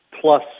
plus